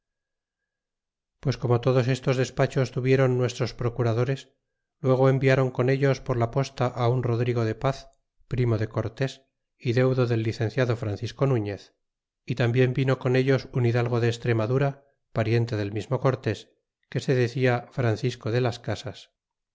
pues como todos estos despachos tuviéron nuestros procuradores luego environ con ellos por la posta un rodrigo de paz primo de cortés y deudo del licenciado francisco nuñez y tambien vino con ellos un hidalgo de extremadura pariente del mismo cortés que se decia francisco de las casas